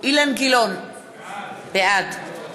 אילן גילאון, בעד